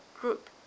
group